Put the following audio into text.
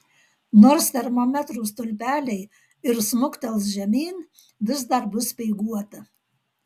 nors termometrų stulpeliai ir smuktels žemyn vis dar bus speiguota